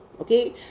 Okay